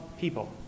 people